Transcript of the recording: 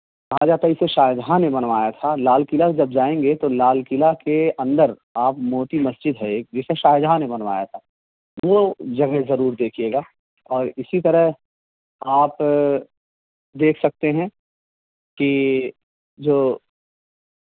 کہا جاتا اسے شاہ جہاں نے بنوایا تھا لال قلعہ جب جائیں گے تو لال قلعہ کے اندر آپ موتی مسجد ہے ایک جسے شاہ جہاں نے بنوایا تھا وہ جگہ ضرور دیکھیے گا اور اسی طرح آپ دیکھ سکتے ہیں کہ جو